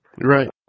Right